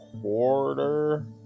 quarter